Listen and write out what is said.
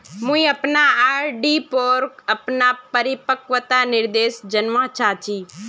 मुई अपना आर.डी पोर अपना परिपक्वता निर्देश जानवा चहची